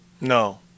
no